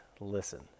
listen